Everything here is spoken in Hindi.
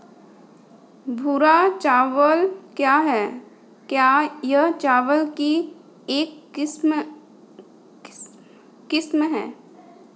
भूरा चावल क्या है? क्या यह चावल की एक किस्म है?